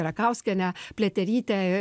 rakauskienę pliaterytę